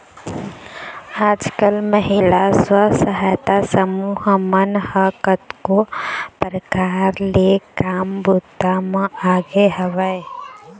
आजकल महिला स्व सहायता समूह मन ह कतको परकार ले काम बूता म लगे हवय